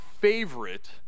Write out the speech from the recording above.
favorite